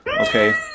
okay